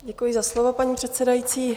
Děkuji za slovo, paní předsedající.